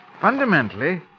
Fundamentally